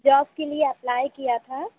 job के लिए apply किया था